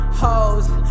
hoes